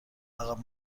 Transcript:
عقب